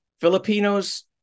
Filipinos